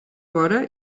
vora